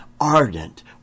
ardent